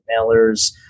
mailers